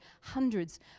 hundreds